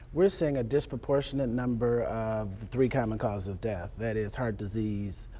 we are saying a disproportional number of three common causes of death. that is heart disease,